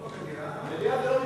או במליאה.